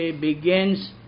begins